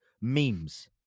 Memes